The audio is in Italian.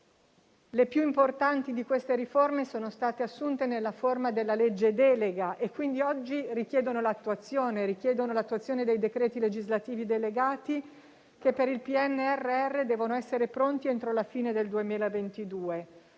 Le più importanti di queste riforme sono state assunte nella forma della legge delega e quindi oggi richiedono l'attuazione dei decreti legislativi delegati che per il PNRR devono essere pronti entro la fine del 2022.